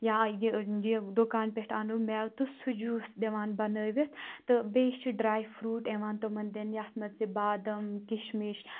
یا یہِ یہِ دُکان پیٚٹھ اَنو میٚوٕ تہٕ سُہ جوٗس دِوان بَنٲوِتھ تہٕ بیٚیہِ چھِ ڈرٛاے فروٗٹ یِوان تِمَن دِنہٕ یَتھ منٛز زِ بادَم کِشمِش